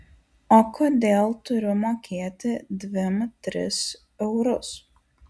o kodėl turiu mokėti dvim tris eurus